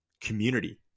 community